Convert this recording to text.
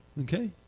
Okay